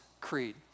Creed